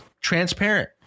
transparent